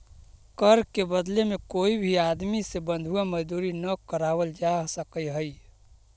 कर के बदले में कोई भी आदमी से बंधुआ मजदूरी न करावल जा सकऽ हई